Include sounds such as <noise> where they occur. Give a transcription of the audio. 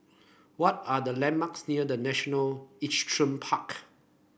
what are the landmarks near The National Equestrian <noise> Park